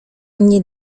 nie